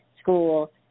school